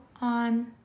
on